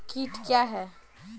कीट क्या है?